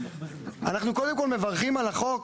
אנחנו קודם כל מברכים על החוק.